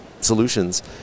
solutions